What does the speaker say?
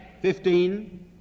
Fifteen